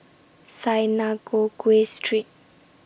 Synagogue Street